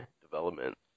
development